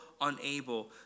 unable